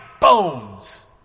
bones